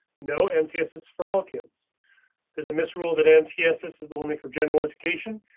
no mtss is for all kids there's a misrule that mtss is only for general education.